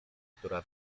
która